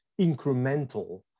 incremental